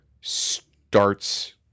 starts